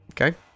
Okay